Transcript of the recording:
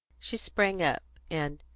she sprang up, and,